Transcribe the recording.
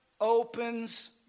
Opens